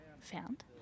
found